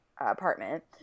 apartment